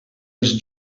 les